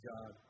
God